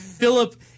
Philip